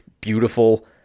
beautiful